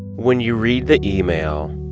when you read the email,